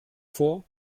vor